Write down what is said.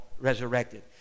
resurrected